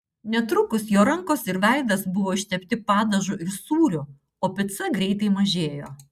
netrukus jo rankos ir veidas buvo ištepti padažu ir sūriu o pica greitai mažėjo